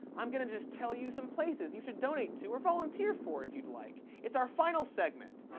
i'm gonna just tell you some places you should donate to or volunteer for if you'd like. it's our final segment,